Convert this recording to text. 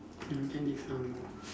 organic some more